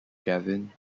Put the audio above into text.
gavin